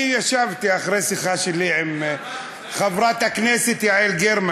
אני ישבתי אחרי שיחה שלי עם חברת הכנסת יעל גרמן,